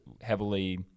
heavily